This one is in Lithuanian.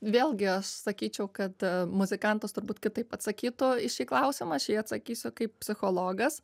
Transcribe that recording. vėlgi aš sakyčiau kad muzikantas turbūt kitaip atsakytų į šį klausimą aš į jį atsakysiu kaip psichologas